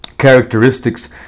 characteristics